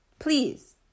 Please